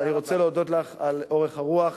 ואני רוצה להודות לך על אורך הרוח.